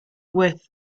with